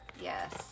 Yes